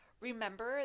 Remember